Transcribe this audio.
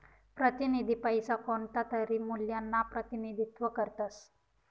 प्रतिनिधी पैसा कोणतातरी मूल्यना प्रतिनिधित्व करतस